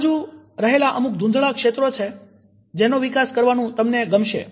આ બાજુ રહેલા અમુક ધૂંધળા ક્ષેત્રો છે જેનો વિકાસ કરવાનું તમને ગમશે